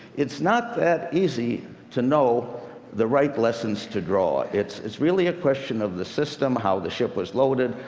it's not that easy to know the right lessons to draw. it's it's really a question of the system, how the ship was loaded,